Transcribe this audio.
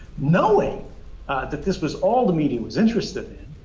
knowing that this was all the media was interested in,